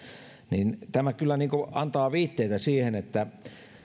niin tämä kyllä niin kuin antaa viitteitä siihen että